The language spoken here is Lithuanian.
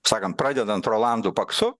sakant pradedant rolandu paksu